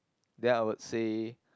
then I would say